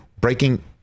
Breaking